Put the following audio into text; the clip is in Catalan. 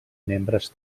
membres